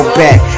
back